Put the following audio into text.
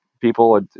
people